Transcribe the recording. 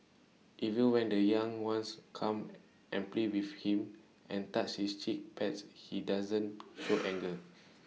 even when the young ones come and play with him and touch his cheek pads he doesn't show anger